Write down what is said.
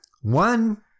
One